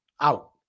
out